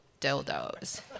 dildos